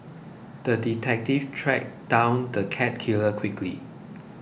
the detective tracked down the cat killer quickly